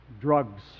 drugs